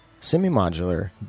semi-modular